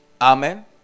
Amen